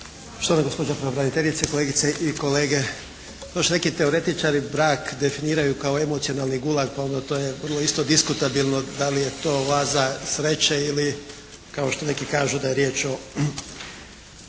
Štovana gospođo pravobraniteljice, kolegice i kolege. Još neki teoretičari brak definiraju kao emocionalni gulak pa onda to je vrlo isto diskutabilno da li je to vaza sreće ili kao što neki kažu da je riječ o